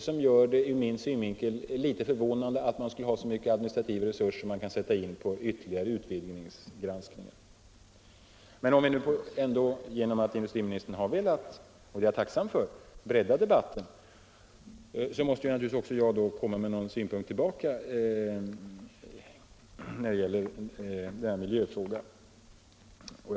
Det gör det ur min synvinkel litet förvånande att man skulle ha så mycket administrativa resurser att man skulle kunna sätta in dem på en ytterligare utvidgning av granskningen. Genom att industriministern velat bredda debatten — vilket jag är tacksam för — måste också jag lägga fram några synpunkter när det gäller miljöfrågorna.